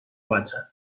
quatre